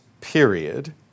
period